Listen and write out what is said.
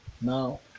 Now